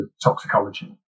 toxicology